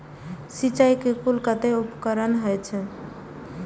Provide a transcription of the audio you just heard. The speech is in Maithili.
सिंचाई के कुल कतेक उपकरण होई छै?